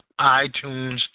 iTunes